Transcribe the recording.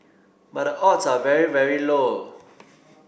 but the odds are very very low